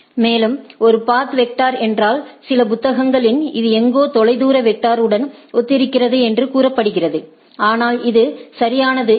மேலும் ஒரு path vector என்றால் சில புத்தகங்களில் இது எங்கோ தொலைதூர வெக்டர்உடன் ஒத்திருக்கிறது என்று கூறப்படுகிறது ஆனால் இது சரியானது இல்லை